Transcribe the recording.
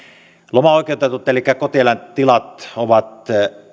lomaoikeutetut elikkä kotieläintilat ovat